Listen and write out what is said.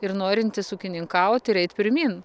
ir norintis ūkininkaut ir eit pirmyn